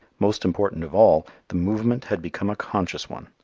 most important of all, the movement had become a conscious one.